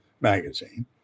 magazine